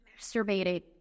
masturbating